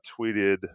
tweeted –